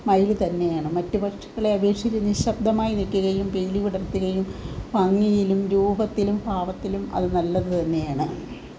മയിൽ തന്നെയാണ് മറ്റ് പക്ഷികളെ അപേക്ഷിച്ച് നിശബ്ദമായി നിൽക്കുകയും പീലി വിടർത്തുകയും ഭംഗിയിലും രൂപത്തിലും ഭാവത്തിലും അത് നല്ലത് തന്നെയാണ്